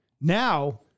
Now